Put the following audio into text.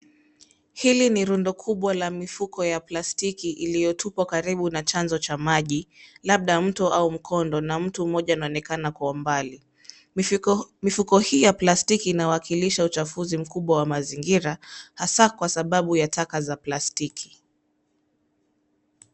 Hili ni rundo kubwa la mifuko ya plastiki iliyotupwa karibu na chanzo cha maji labda mto au mkondo na mtu mmoja anaonekana kwa mbali. Mifuko hii ya plastiki inawakilisha uchafuzi mkubwa wa mazingira hasa kwa sababu ya taka za plastiki.